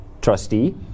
trustee